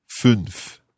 Fünf